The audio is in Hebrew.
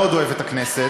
מאוד אוהב את הכנסת,